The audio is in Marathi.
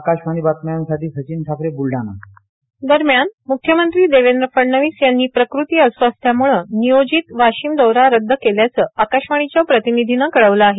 आकाशवाणीच्या बातम्यांसाठी सचिन ठाकरे ब्लढाणा दरम्यान म्ख्यमंत्री देवेंद्र फडणवीस यांनी प्रकृती अस्वास्थाम्ळं नियोजित वाशिम दौरा रद्द केल्याचं आकाशवाणीच्या प्रतिनिधीनं कळवलं आहे